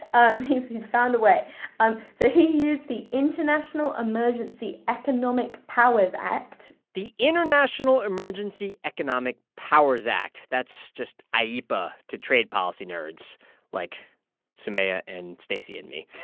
um he's he's found a way. um so he used the international emergency economic powers act the international emergency economic powers act. that's just ieepa to trade policy nerds like soumaya and stacey and me